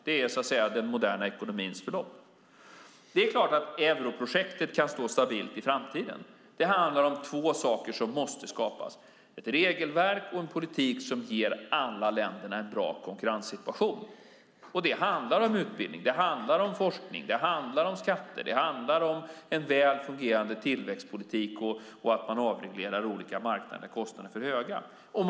Det är så att säga den moderna ekonomins förlopp. Det är klart att europrojektet kan stå stabilt i framtiden. Det handlar om två saker som måste skapas: ett regelverk och en politik som ger alla länder en bra konkurrenssituation. Det handlar om utbildning, forskning, skatter, en väl fungerande tillväxtpolitik och att man avreglerar olika marknader när kostnaderna är för höga.